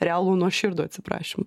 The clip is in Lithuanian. realų nuoširdų atsiprašym